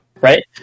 Right